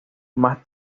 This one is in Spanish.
más